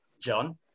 John